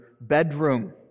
bedroom